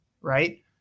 right